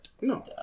No